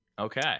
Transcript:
Okay